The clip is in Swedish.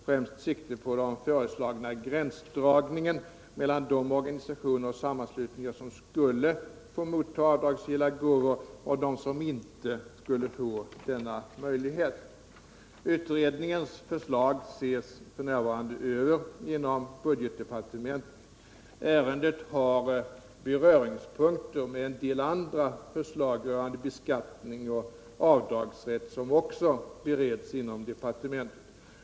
främst sikte på den föreslagna gränsdragningen mellan de organisationer och sammanslutningar som skulle få motta avdragsgilla gåvor och de som inte skulle få denna möjlighet. Utredningens förslag ses f. n. över inom budgetdepartementet. Ärendet har beröringspunkter med en det andra förslag rörande beskattning och avdragsrätt som också bereds inom departementet.